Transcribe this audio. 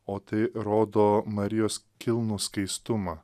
o tai rodo marijos kilnų skaistumą